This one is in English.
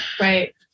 Right